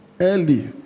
early